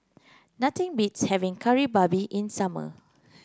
nothing beats having Kari Babi in summer